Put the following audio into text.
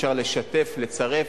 אפשר לשתף, לצרף,